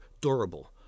durable